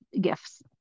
gifts